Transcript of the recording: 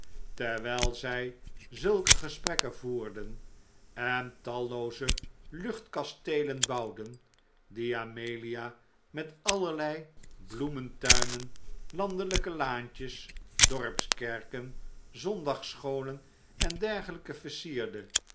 terwijl zij zulke gesprekken voerden en tallooze luchtkasteelen bouwden die amelia met allerlei bloementuinen landelijke laantjes dorpskerken zondagsscholen en dergelijke versierde